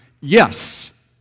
Yes